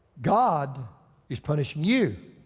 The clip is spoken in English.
god is punishing you.